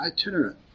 itinerant